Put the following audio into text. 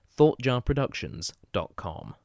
ThoughtJarProductions.com